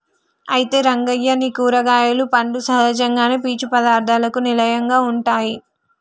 అయితే రంగయ్య నీ కూరగాయలు పండ్లు సహజంగానే పీచు పదార్థాలకు నిలయంగా ఉంటాయి